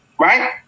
right